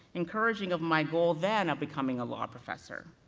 encouraging of my goal then of becoming a law professor.